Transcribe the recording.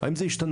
אם זה השתנה,